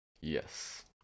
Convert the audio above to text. Yes